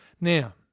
Now